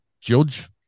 judge